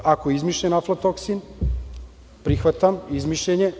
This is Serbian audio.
Ako je izmišljen aflatoksin, prihvatam izmišljen je.